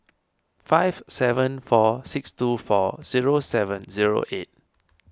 five seven four six two four zero seven zero eight